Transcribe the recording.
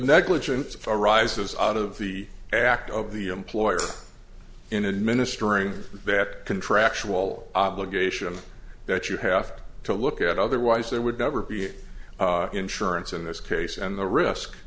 negligence arises out of the act of the employer in administrative bad contractual obligation that you have to look at otherwise there would never be an insurance in this case and the risk